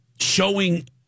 showing